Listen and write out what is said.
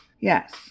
Yes